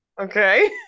okay